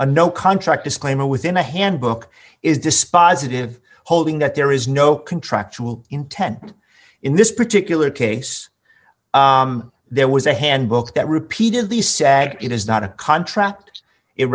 a no contract disclaimer within a handbook is dispositive holding that there is no contractual intent in this particular case there was a handbook that repeatedly say it is not a contract it